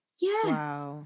yes